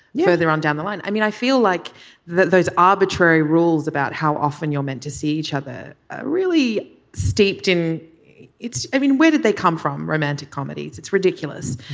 yeah further on down the line i mean i feel like there's arbitrary rules about how often you're meant to see each other really steeped in it. i mean where did they come from romantic comedies. it's ridiculous.